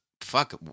fuck